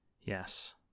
Yes